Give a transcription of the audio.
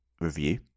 review